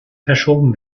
verschoben